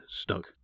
stuck